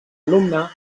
alumne